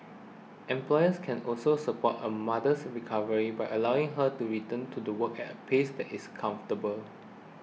employers can also support a mother's recovery by allowing her to return to do work at a pace that is comfortable